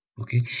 Okay